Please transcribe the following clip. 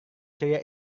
ceria